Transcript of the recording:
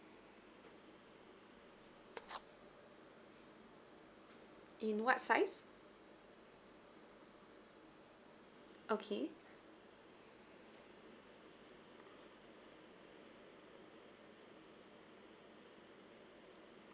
in what size okay